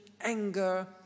anger